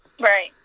Right